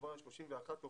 מדובר על 31 עובדים.